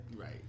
right